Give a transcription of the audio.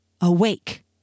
awake